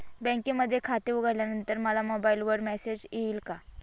बँकेमध्ये खाते उघडल्यानंतर मला मोबाईलवर मेसेज येईल का?